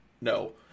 no